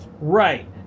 Right